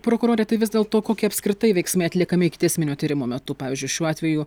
prokurore tai vis dėl to kokie apskritai veiksmai atliekami ikiteisminio tyrimo metu pavyzdžiui šiuo atveju